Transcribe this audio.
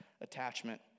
attachment